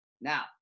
now